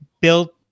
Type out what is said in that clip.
built